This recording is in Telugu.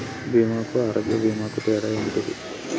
బీమా కు ఆరోగ్య బీమా కు తేడా ఏంటిది?